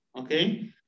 okay